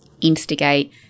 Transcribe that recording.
instigate